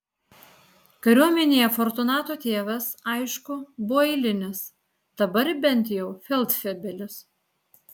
kariuomenėje fortunato tėvas aišku buvo eilinis dabar bent jau feldfebelis